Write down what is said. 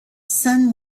son